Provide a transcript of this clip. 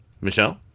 Michelle